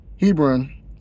Hebron